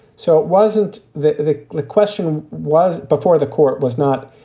so it wasn't that the the question was before the court was not.